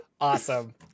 Awesome